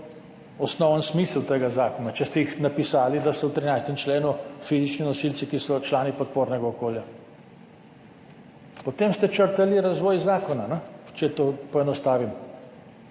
osnoven smisel tega zakona, če ste jih napisali, da so v 13. členu fizični nosilci, ki so člani podpornega okolja, potem ste črtali razvoj zakona, če to poenostavim.